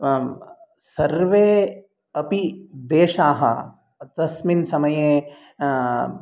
सर्वे अपि देशाः तस्मिन् समये